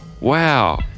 Wow